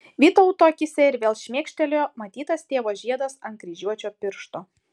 vytauto akyse ir vėl šmėkštelėjo matytas tėvo žiedas ant kryžiuočio piršto